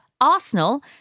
Arsenal